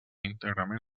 íntegrament